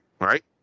Right